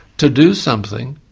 to do something,